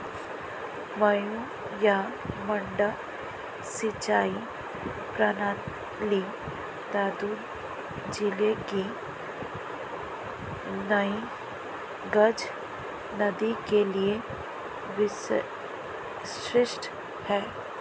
मद्दू या मड्डा सिंचाई प्रणाली दादू जिले की नई गज नदी के लिए विशिष्ट है